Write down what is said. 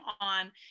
on